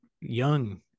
young